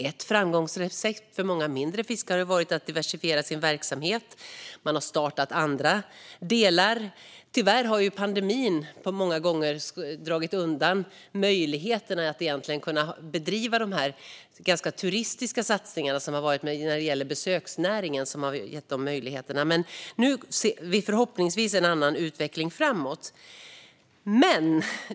Ett framgångsrecept för många mindre fiskare har varit att diversifiera sin verksamhet. De har startat andra delar. Tyvärr har pandemin många gånger dragit undan möjligheten att egentligen kunna bedriva de ganska turistiska satsningar som har varit. Det är besöksnäringen som har gett de möjligheterna. Nu ser vi förhoppningsvis en annan utveckling framåt.